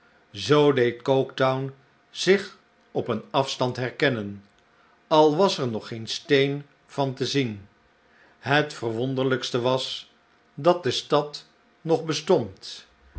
zoo deed coketown zich op een afstand herkennen al was er nog geen steen van te zien het verwonderlijkste was dat de stad nog bestond